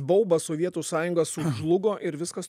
baubas sovietų sąjunga sužlugo ir viskas